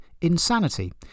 insanity